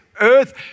earth